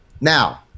now